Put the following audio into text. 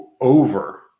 over